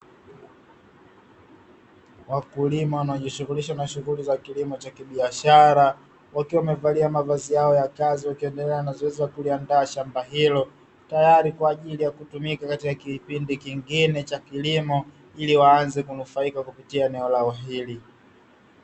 Wakulima wanaojishughulisha na shughuli za kilimo cha kibiashara, wakiwa wamevalia mavazi yao ya kazi; wakiendelea na zoezi la kuliandaa shamba hilo, tayari kwa ajili ya kutumika katika kipindi kingine cha kilimo, ili waanze kunufaika kupitia eneo lao hili.